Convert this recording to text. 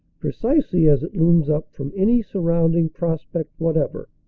precisely as it looms up from any surrounding pros pect whatever.